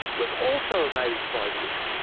was also amazed by this.